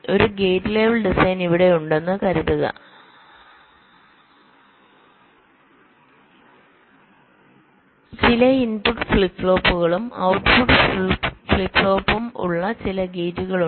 ഒരു gate level design ഇവിടെ ഉണ്ടെന്ന് കരുതുക ചില ഇൻപുട്ട് ഫ്ലിപ്പ് ഫ്ലോപ്പുകളും ഔട്ട്പുട്ട് ഫ്ലിപ്പ് ഫ്ലോപ്പും ഉള്ള ചില ഗേറ്റുകൾ ഉണ്ട്